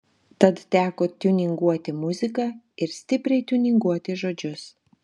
tad teko tiuninguoti muziką ir stipriai tiuninguoti žodžius